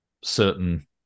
certain